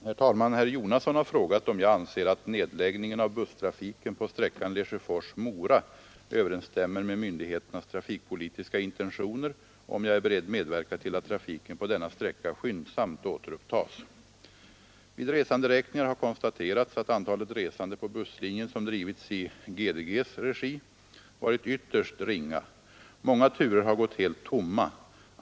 Herr talman! Herr Jonasson har frågat om jag anser att nedläggningen av busstrafiken på sträckan Lesjöfors—-Mora överensstämmer med myna intentioner och om jag är beredd medverka till Vid resanderäkningar har konstaterats att antalet resande på busslinjen — som drivits i GDG :s regi — varit ytterst ringa. Många turer har gått helt tomma.